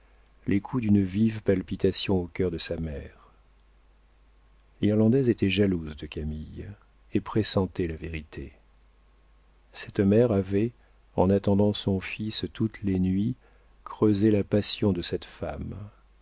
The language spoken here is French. les coups d'une vive palpitation au cœur de sa mère l'irlandaise était jalouse de camille et pressentait la vérité cette mère avait en attendant son fils toutes les nuits creusé la passion de cette femme